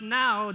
now